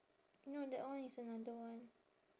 no that one is another one